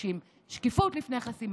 דעה לא נכונה